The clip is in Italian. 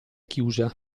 chiusa